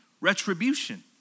retribution